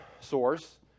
source